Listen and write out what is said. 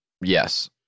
Yes